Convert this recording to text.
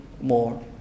more